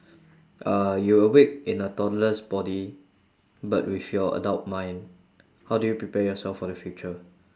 uh you're awake in a toddlers body but with your adult mind how do you prepare youself for the future